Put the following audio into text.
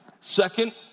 Second